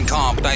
Comp